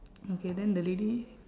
okay then the lady